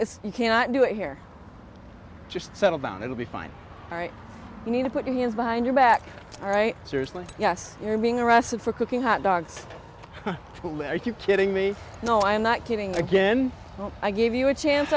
if you cannot do it here just settle down it'll be fine all right you need to put your hands behind your back right seriously yes you're being arrested for cooking hot dogs are you kidding me no i'm not kidding again i gave you a chance